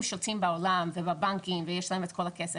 שולטים בעולם ובבנקים ויש להם את כל הכסף,